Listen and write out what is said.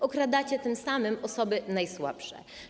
Okradacie tym samym osoby najsłabsze.